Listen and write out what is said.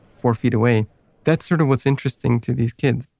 four feet away that's sort of what's interesting to these kids,